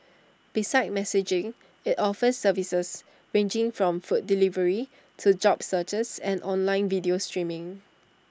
besides messaging IT offers services ranging from food delivery to job searches and online video streaming